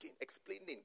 explaining